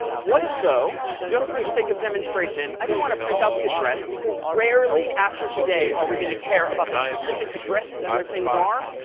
what if though, just for the sake of demonstration, i didn't want to print out the address because rarely after today are we going to care about the specific addresses where things are?